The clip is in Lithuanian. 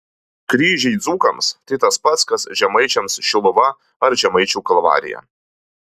kryžiai dzūkams tai tas pats kas žemaičiams šiluva ar žemaičių kalvarija